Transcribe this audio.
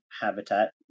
habitat